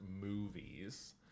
movies